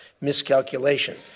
miscalculation